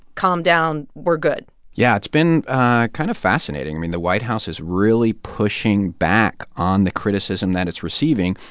calm down. we're good yeah, it's been kind of fascinating. i mean, the white house is really pushing back on the criticism that it's receiving.